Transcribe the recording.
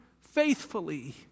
faithfully